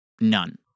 none